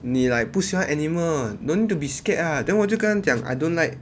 你 like 不喜欢 animal don't need to be scared ah then 我就跟他讲 I don't like